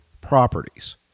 properties